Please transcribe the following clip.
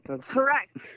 correct